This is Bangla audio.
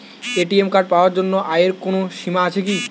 এ.টি.এম কার্ড পাওয়ার জন্য আয়ের কোনো সীমা আছে কি?